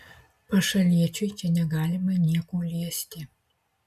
pašaliečiui čia negalima nieko liesti